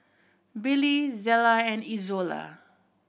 Billy Zela and Izola